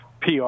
PR